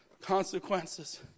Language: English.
Consequences